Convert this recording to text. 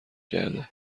کرده